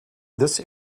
this